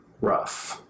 rough